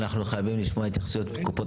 אנחנו חייבים לשמוע התייחסויות מקופות